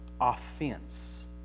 offense